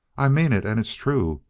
i mean it and it's true.